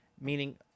Meaning